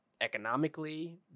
economically